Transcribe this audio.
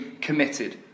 committed